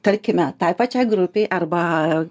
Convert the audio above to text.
tarkime tai pačiai grupei arba